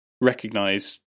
recognize